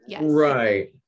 Right